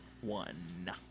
One